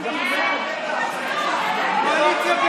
אני קראתי שלוש